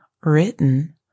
written